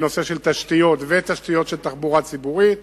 בנושא של תשתיות ותשתיות של תחבורה ציבורית.